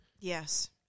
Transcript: Yes